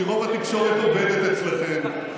כי רוב התקשורת עובדת אצלכם,